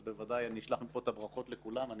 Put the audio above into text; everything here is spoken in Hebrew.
אז בוודאי אני אשלח מפה את הברכות לכולם.